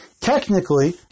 Technically